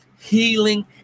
healing